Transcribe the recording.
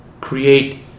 create